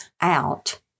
out